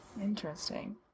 Interesting